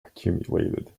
accumulated